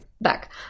back